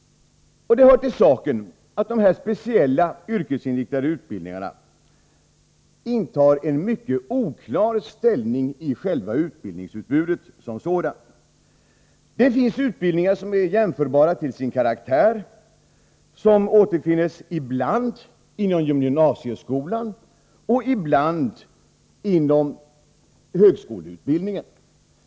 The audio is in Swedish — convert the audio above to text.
Det hör till saken att de här speciella, yrkesinriktade utbildningarna intar en mycket oklar ställning inom utbildningsutbudet som sådant. Utbildningar som är jämförbara till sin karaktär återfinns ibland inom gymnasieskolan och ibland inom högskolan.